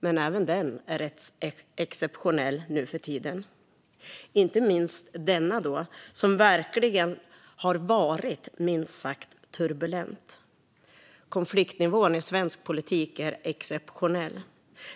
Men även den är rätt exceptionell nu för tiden, inte minst denna, som verkligen varit minst sagt turbulent. Konfliktnivån i svensk politik är exceptionell.